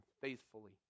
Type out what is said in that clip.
faithfully